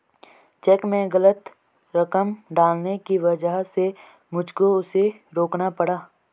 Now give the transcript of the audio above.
check में गलत रकम डालने की वजह से मुझको उसे रोकना पड़ा